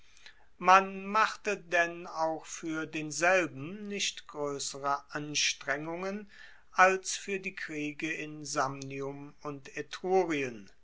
man machte denn auch fuer denselben nicht groessere anstrengungen als fuer die kriege in samnium und